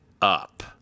up